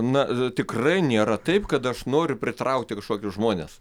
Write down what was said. na tikrai nėra taip kad aš noriu pritraukti kažkokius žmones